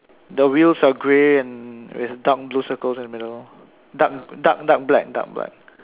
the wheels are the grey and with dark blue circles in the middle dark dark dark black dark black